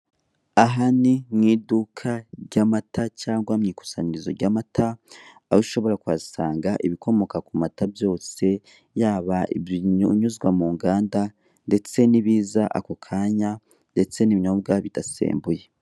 Aha ni mu iduka ry'amata, cyangwa su ikusanyirizo ry'amata, aho ushobora kuhasanga ibikomoka ku mata byose yaba ibinyuzwa mu nganda, ndetse n'ibiza ako kanya, ndetse n'ibinyobwa bidasembuye.